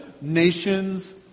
nations